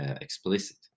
explicit